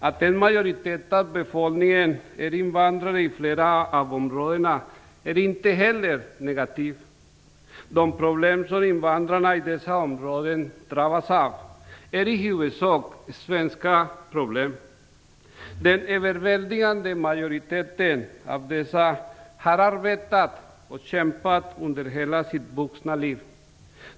Att en majoritet av befolkningen är invandrare i flera av områdena är inte heller negativt. De problem som invandrarna i dessa områden drabbas av är i huvudsak svenska problem. En överväldigande majoritet av dessa människor har arbetat och kämpat hela sitt vuxna liv.